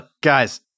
guys